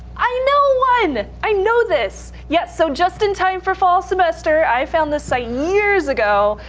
i know one. i know this. yes. so just in time for fall semester, i found this site years ago.